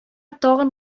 тагын